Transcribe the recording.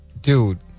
dude